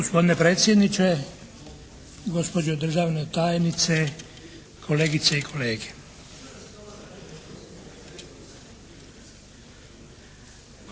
Gospodine predsjedniče, gospođo državna tajnice, kolegice i kolege.